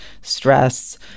stress